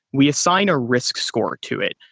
we assign a risk score to it.